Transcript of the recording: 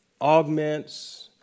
augments